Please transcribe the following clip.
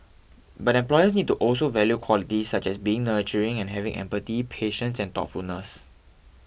but employers need to also value qualities such as being nurturing and having empathy patience and thoughtfulness